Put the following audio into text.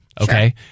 Okay